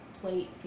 plate